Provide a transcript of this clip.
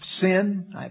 sin